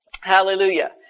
Hallelujah